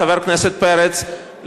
חבר הכנסת פרץ,